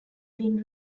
been